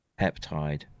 peptide